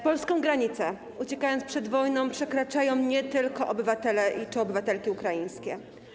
Polską granicę, uciekając przed wojną, przekraczają nie tylko obywatele czy obywatelki Ukrainy.